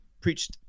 preached